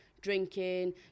drinking